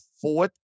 fourth